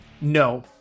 No